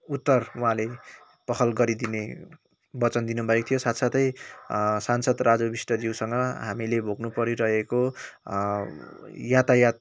उत्तर उहाँले पहल गरिदिने वचन दिनुभएको थियो साथसाथै सांसद राजु विष्टज्यूसँग हामीले भोग्नु परिरहेको यातायात